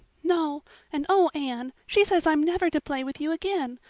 no and oh, anne, she says i'm never to play with you again.